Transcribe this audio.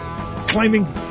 Climbing